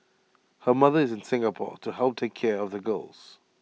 her mother is in Singapore to help take care of the girls